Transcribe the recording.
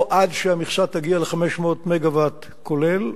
או עד שהמכסה תגיע ל-500 מגוואט כולל,